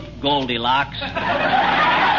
Goldilocks